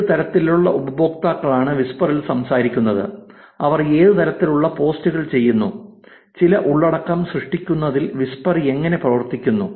ഏത് തരത്തിലുള്ള ഉപയോക്താക്കളാണ് വിസ്പറിൽ സംസാരിക്കുന്നത് അവർ ഏത് തരത്തിലുള്ള പോസ്റ്റുകൾ ചെയ്യുന്നു ചില ഉള്ളടക്കം സൃഷ്ടിക്കുന്നതിൽ വിസ്പർ എങ്ങനെ പ്രവർത്തിക്കുന്നു